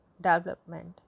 development